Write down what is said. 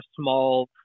small